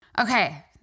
Okay